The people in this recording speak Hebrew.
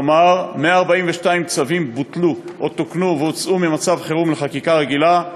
כלומר 142 צווים בוטלו או תוקנו והוצאו ממצב חירום לחקיקה רגילה,